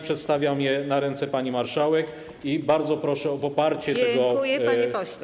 Przedstawiam je na ręce pani marszałek i bardzo proszę o poparcie tej poprawki.